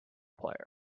player